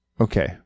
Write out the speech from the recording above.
Okay